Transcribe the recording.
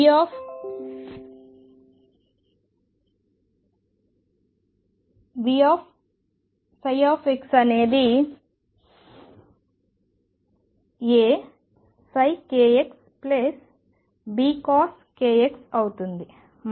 ψ అనేది AsinkxBcoskx అవుతుంది